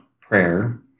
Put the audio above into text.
prayer